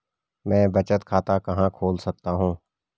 मैं बचत खाता कहां खोल सकता हूँ?